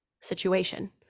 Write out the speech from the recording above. situation